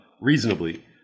reasonably